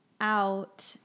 out